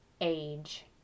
age